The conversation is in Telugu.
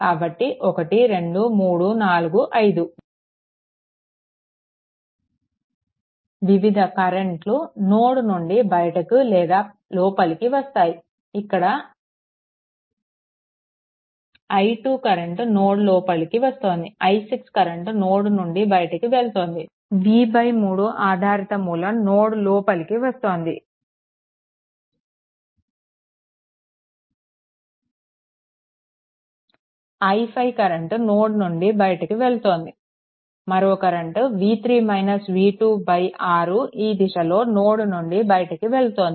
కాబట్టి 1 2 3 4 5 వివిధ కరెంట్లు నోడ్ నుంచి బయటికి లేదా లోపలికి వస్తాయి ఇక్కడ i2 కరెంట్ నోడ్ లోపలికి వస్తోంది ఈ i6 కరెంట్ నోడ్ నుండి బయటికి వెళ్తోంది v3 ఆధారిత మూలం నోడ్ లోపలికి వస్తోంది i5 కరెంట్ నోడ్ నుండి బయటికి వెళ్తోంది మరో కరెంట్ 6 ఈ దిశలో నోడ్ నుండి బయటికి వెళ్తోంది